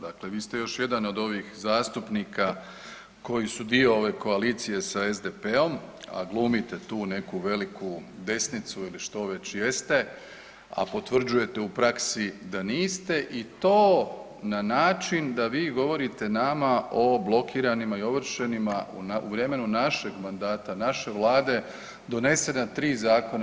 Dakle, vi ste još jedan od ovih zastupnika koji su dio ove koalicije sa SDP-om, a glumite tu neku veliku desnicu ili što već jeste, a potvrđujete u praksi da niste i tooo na način da vi govorite nama o blokiranima i ovršenima, u vremenu našeg mandata, naše vlade donesena 3 zakona.